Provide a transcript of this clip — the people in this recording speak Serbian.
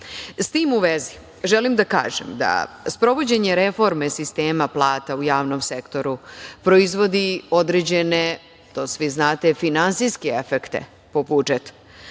tim u vezi, želim da kažem da sprovođenje reforme sistema plata u javnom sektoru proizvodi određene, to svi znate, finansijske efekte po budžet.